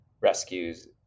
rescues